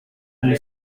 une